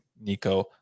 Nico